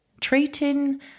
treating